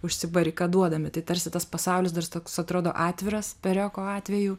užsibarikaduodami tai tarsi tas pasaulis dar toks atrodo atviras pereko atveju